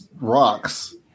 rocks